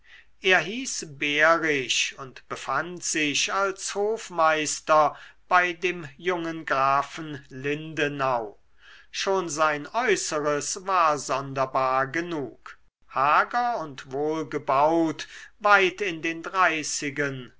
er hieß behrisch und befand sich als hofmeister bei dem jungen grafen lindenau schon sein äußeres war sonderbar genug hager und wohlgebaut weit in den dreißigen